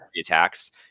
attacks